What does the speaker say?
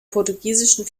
portugiesischen